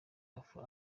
afro